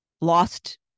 lost